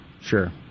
Sure